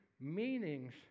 meanings